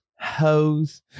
Hoes